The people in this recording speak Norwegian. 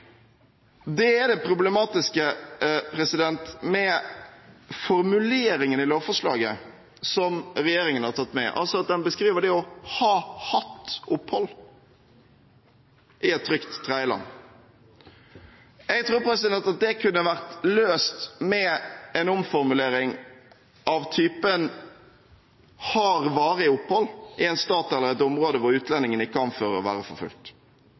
Det er det problematiske med formuleringen i lovforslaget som regjeringen har tatt med. Den beskriver det å ha hatt opphold i et trygt tredjeland. Jeg tror det kunne vært løst med en omformulering av typen «har varig opphold i en stat eller et område hvor utlendingen kan være forfulgt». SV har vurdert å